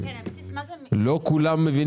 לא כולם מבינים.